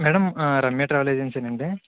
madam ఆ Ramya travel agency నా అండి